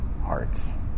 hearts